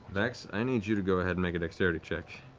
vex, i need you to go ahead and make a dexterity check.